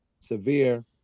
severe